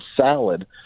salad